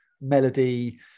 melody